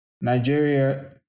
Nigeria